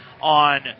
on